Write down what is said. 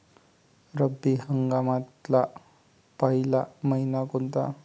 रब्बी हंगामातला पयला मइना कोनता?